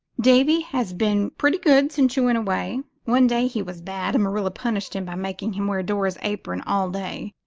davy has been pretty good since you went away. one day he was bad and marilla punished him by making him wear dora's apron all day,